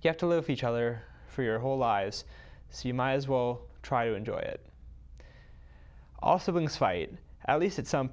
you have to live each other for your whole lives so you might as well try to enjoy it also being cited at least at some